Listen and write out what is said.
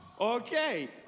Okay